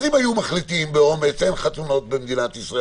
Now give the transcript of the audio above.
אם היו מחליטים באומץ שאין חתונות בישראל,